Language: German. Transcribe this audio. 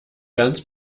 ganz